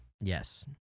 Yes